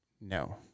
No